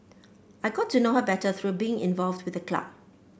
I got to know her better through being involved with the club